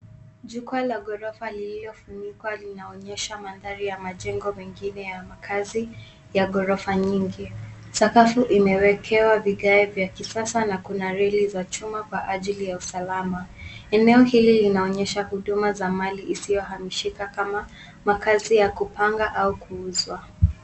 Jukwaa la ghorofa lililofunguka linaonyesha mandhari ya majengo mengine ya makaazi ya ghorofa nyingi. Sakafu imewekewa vigae vya kisasa na kuna reli za chuma kwa ajili ya usalama. Eneo hili linaonyesha huduma za mali isiyohamishika kama makaazi ya kupanga au kuuzwa.